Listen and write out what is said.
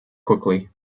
quickly